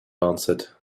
answered